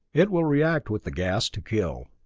it will react with the gas to kill.